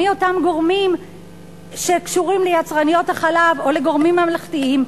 מי אותם גורמים שקשורים ליצרניות החלב או לגורמים אחרים?